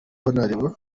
hon